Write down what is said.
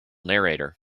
narrator